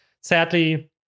Sadly